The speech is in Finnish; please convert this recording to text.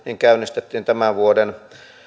käynnistettiin tämän vuoden